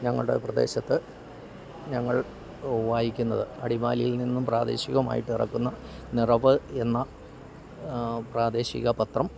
ഞങ്ങളുടെ പ്രദേശത്ത് ഞങ്ങൾ വായിക്കുന്നത് അടിമാലിയിൽനിന്നും പ്രാദേശികമായിട്ടിറക്കുന്ന നിറവ് എന്ന പ്രാദേശിക പത്രം